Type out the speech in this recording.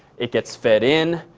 it gets fed in,